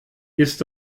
ist